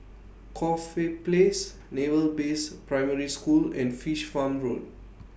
Corfe Place Naval Base Primary School and Fish Farm Road